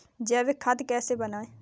जैविक खाद कैसे बनाएँ?